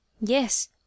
Yes